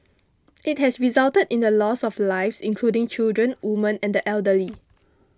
it has resulted in the loss of lives including children women and the elderly